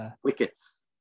wickets